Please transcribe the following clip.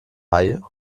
haie